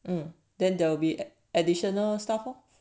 um then there will be additional staff lor